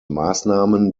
maßnahmen